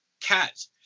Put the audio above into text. cats